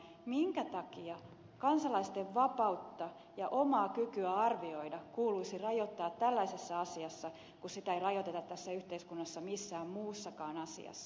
minkä takia kansalaisten vapautta ja omaa kykyä arvioida kuuluisi rajoittaa tällaisessa asiassa kun sitä ei rajoiteta tässä yhteiskunnassa missään muussakaan asiassa